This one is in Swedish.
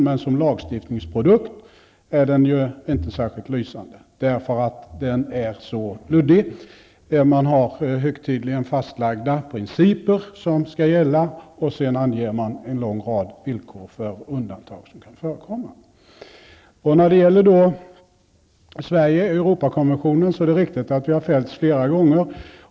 Men som lagstiftningsprodukt är den ju inte särskilt lysande, eftersom den är så luddig. Man har högtidligen fastlagda principer som skall gälla, och sedan anger man en lång rad villkor för undantag som kan förekomma. När det gäller Sverige och Europakonventionen är det riktigt att vi har fällts flera gånger.